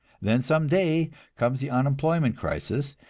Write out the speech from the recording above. then some day comes the unemployment crisis,